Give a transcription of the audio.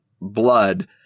blood